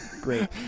Great